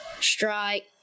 strike